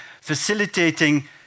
facilitating